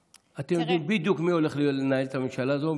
ואתם יודעים בדיוק מי הולך לנהל את הממשלה הזאת,